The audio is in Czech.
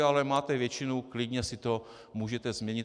Ale máte většinu, klidně si to můžete změnit.